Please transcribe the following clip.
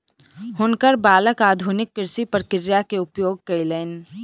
हुनकर बालक आधुनिक कृषि प्रक्रिया के उपयोग कयलैन